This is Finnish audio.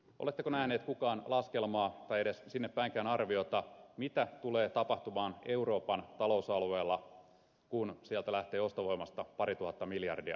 oletteko nähneet kukaan laskelmaa tai edes sinnepäinkään arviota mitä tulee tapahtumaan euroopan talousalueella kun sieltä lähtee ostovoimasta parituhatta miljardia pois